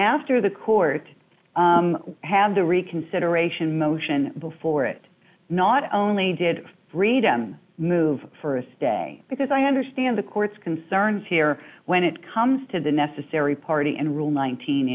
after the court had the reconsideration motion before it not only did freedom move for a stay because i understand the court's concerns here when it comes to the necessary party and rule nineteen